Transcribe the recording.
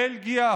בלגיה,